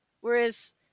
Whereas